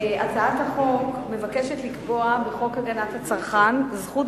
הצעת החוק מבקשת לקבוע בחוק הגנת הצרכן זכות